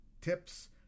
tips